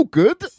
good